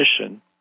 mission